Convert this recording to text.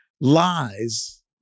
lies